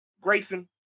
Grayson